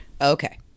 Okay